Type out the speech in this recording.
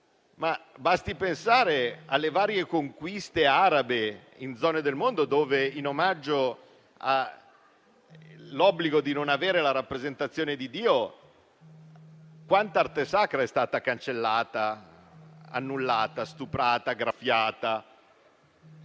Si pensi anche alle varie conquiste arabe in zone del mondo dove, in omaggio all'obbligo di non avere la rappresentazione di Dio, tanta arte sacra è stata cancellata, annullata, stuprata, graffiata;